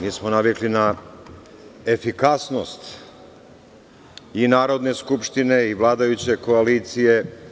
Nismo navikli na efikasnost i Narodne skupštine i vladajuće koalicije.